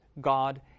God